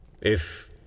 If